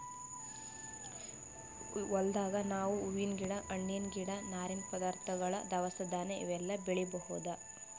ಹೊಲ್ದಾಗ್ ನಾವ್ ಹೂವಿನ್ ಗಿಡ ಹಣ್ಣಿನ್ ಗಿಡ ನಾರಿನ್ ಪದಾರ್ಥಗೊಳ್ ದವಸ ಧಾನ್ಯ ಇವೆಲ್ಲಾ ಬೆಳಿಬಹುದ್